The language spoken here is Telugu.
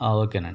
ఆ ఓకేనండి